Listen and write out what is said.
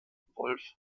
wolf